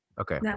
Okay